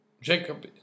Jacob